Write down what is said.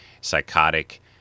psychotic